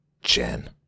Jen